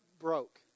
broke